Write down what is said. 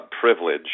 privilege